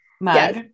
mug